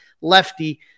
lefty